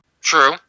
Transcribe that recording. True